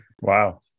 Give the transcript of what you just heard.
Wow